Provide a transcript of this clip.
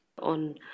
on